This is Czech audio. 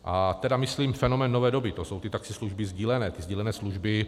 A tedy myslím fenomén nové doby, to jsou ty taxislužby sdílené, sdílené služby.